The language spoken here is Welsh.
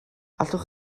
allwch